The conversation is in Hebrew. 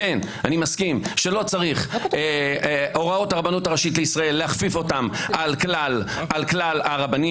מסכים שלא צריך להכפיף את הוראות הרבנות הראשית לישראל על כלל הרבנים.